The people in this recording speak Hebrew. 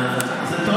אני אומר לך שאין,